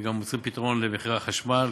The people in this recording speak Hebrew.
וגם מוצאים פתרון למחירי החשמל,